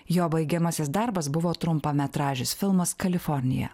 jo baigiamasis darbas buvo trumpametražis filmas kalifornija